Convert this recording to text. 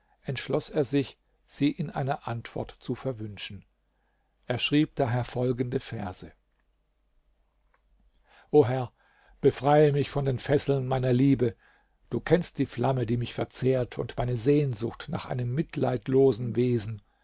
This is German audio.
entschloß er sich sie in einer antwort zu verwünschen er schrieb daher folgende verse o herr befreie mich von den fesseln meiner liebe du kennst die flamme die mich verzehrt und meine sehnsucht nach einem mitleidlosen wesen